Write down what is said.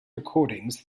recordings